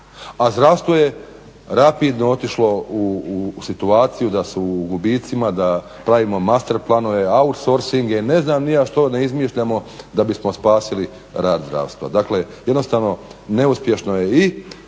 a zdravstvo je rapidno otišlo u situaciju da su u gubicima, da pravimo master planove, outsourcinge, ne znam ni ja što ne izmišljamo da bismo spasili rad zdravstva. Dakle, jednostavno neuspješno je i